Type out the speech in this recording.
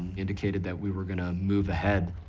indicated that we were gonna move ahead.